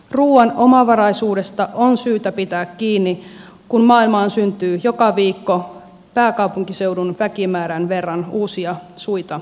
ruuan omavaraisuudesta on syytä pitää kiinni kun maailmaan syntyy joka viikko pääkaupunkiseudun väkimäärän verran uusia suita ruokittavaksi